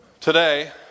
Today